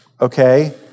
Okay